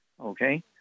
okay